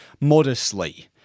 modestly